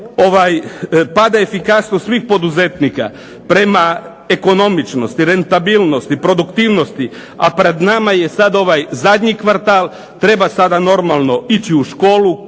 Pada efikasnost svih poduzetnika prema ekonomičnosti, rentabilnosti, produktivnosti, a pred nama je sad ovaj zadnji kvartal, treba sada normalno ići u školu,